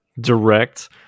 direct